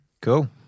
Cool